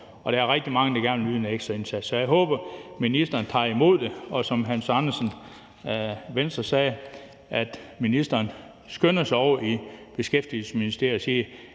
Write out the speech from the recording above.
og der er rigtig mange, der gerne vil yde en ekstra indsats. Jeg håber, at ministeren tager imod det, og, som Hans Andersen, Venstre, sagde, at ministeren skynder sig over i Beskæftigelsesministeriet og siger: